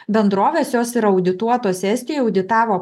bendroves jos yra audituotuos estijoj auditavo